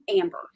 amber